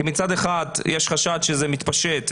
כי מצד אחד יש חשד שזה מתפשט,